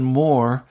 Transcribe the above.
more